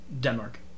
Denmark